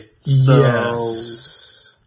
Yes